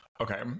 Okay